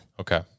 okay